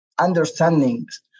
understandings